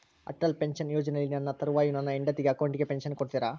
Atal pension ಯೋಜನೆಯಲ್ಲಿ ನನ್ನ ತರುವಾಯ ನನ್ನ ಹೆಂಡತಿ ಅಕೌಂಟಿಗೆ ಪೆನ್ಶನ್ ಕೊಡ್ತೇರಾ?